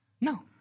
No